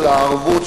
של הערבות,